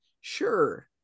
Sure